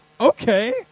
okay